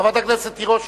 חברת הכנסת תירוש,